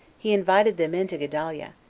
he invited them in to gedaliah,